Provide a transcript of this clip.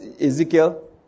Ezekiel